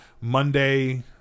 monday